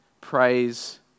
praise